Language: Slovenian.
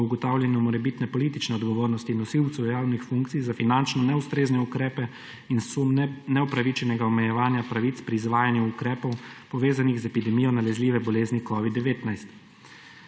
o ugotavljanju morebitne politične odgovornosti nosilcev javnih funkcij za finančno neustrezne ukrepe in sum neupravičenega omejevanja 14 pravic pri izvajanju ukrepov, povezanih z epidemijo nalezljive bolezni COVID-19.